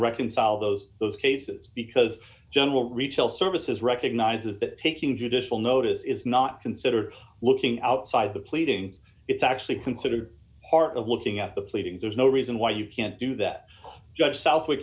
reconcile those those cases because general retail services recognizes that taking judicial notice is not consider looking outside the pleading it's actually considered part of looking at the pleadings there's no reason why you can't do that just south